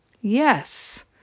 Yes